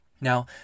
Now